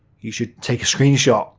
you should take a screenshot.